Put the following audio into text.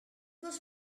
was